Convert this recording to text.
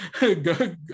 go